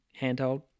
handheld